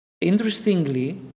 interestingly